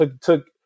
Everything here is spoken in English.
took